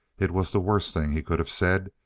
it was the worst thing he could have said.